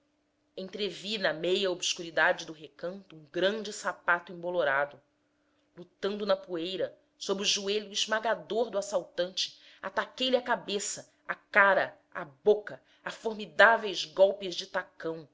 entrevi na meia obscuridade do recanto um grande sapato embolorado lutando na poeira sob o joelho esmagador do assaltante ataquei lhe a cabeça a cara a boca a formidáveis golpes de tacão